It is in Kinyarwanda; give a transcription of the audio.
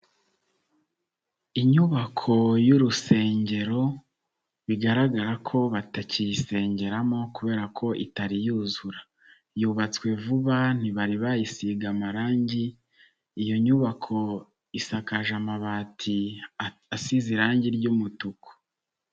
Inyubako y'urusengero, bigaragara ko batakiyisengeramo kubera ko itari yuzura. Yubatswe vuba ntibari bayisiga amarangi, iyo nyubako isakaje amabati asize irangi ry'umutuku.